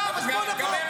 גם, גם, גם.